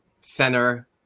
center